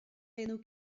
aonú